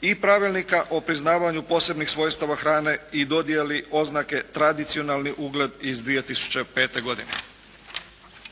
I Pravilnika o priznavanju posebnih svojstava hrane i dodjeli oznake tradicionalni ugled iz 2005. godine.